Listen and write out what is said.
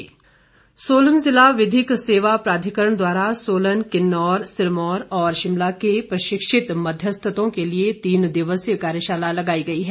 मध्यस्थता सोलन ज़िला विधिक सेवा प्राधिकरण द्वारा सोलन किन्नौर सिरमौर और शिमला के प्रशिक्षित मध्यस्थतों के लिए तीन दिवसीय कार्यशाला लगाई गई है